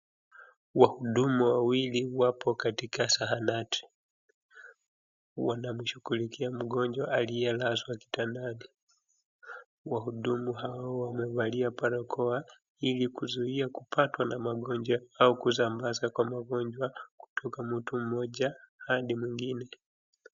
Wahudumu wawili wapo katika zahanati, wanamshughulikia mgonjwa aliyelazwa kitandani, wahudumu hawa wamevalia barakoa ili kuzuia kupatwa na magonjwa au kusambazwa kwa magonjwa kutoka mtu mmoja hadi mwingine.